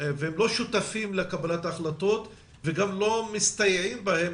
ולא שותפים לקבלת ההחלטות וגם לא מסתייעים בהם